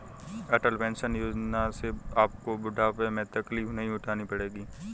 अटल pension Yojana से आपको बुढ़ापे में तकलीफ नहीं उठानी पड़ेगी